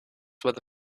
where